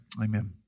amen